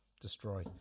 destroy